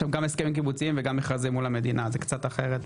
יש שם גם הסכמים קיבוציים וגם מכרזים מול המדינה זה קצת אחרת.